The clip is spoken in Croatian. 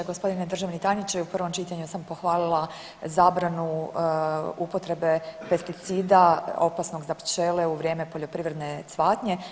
Gospodine državni tajniče i u prvom čitanju sam pohvalila zabranu upotrebe pesticida opasnog za pčele u vrijeme poljoprivredne cvatnje.